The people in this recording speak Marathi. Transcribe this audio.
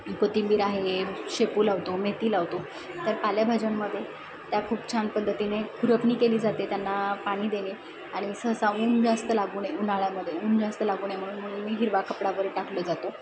कोथिंबीर आहे शेपू लावतो मेथी लावतो तर पालेभाज्यांमध्ये त्या खूप छान पद्धतीने खुरपणी केली जाते त्यांना पाणी देणे आणि सहसा ऊन जास्त लागू नये उन्हाळ्यामध्ये ऊन जास्त लागू नये म्हणून मी हिरवा कपडा वर टाकलं जातो